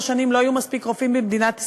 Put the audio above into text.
שנים לא יהיו מספיק רופאים במדינת ישראל,